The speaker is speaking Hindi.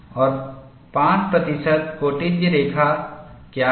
और 5 प्रतिशत कोटिज्या रेखा क्या है